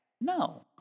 No